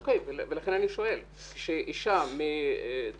אוקיי, ולכן אני שואל, כשאישה מדריג'את